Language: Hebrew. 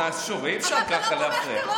אבל אתה לא תומך טרור.